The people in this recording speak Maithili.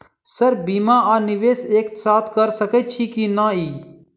सर बीमा आ निवेश एक साथ करऽ सकै छी की न ई?